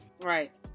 Right